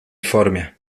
formie